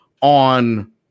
on